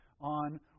on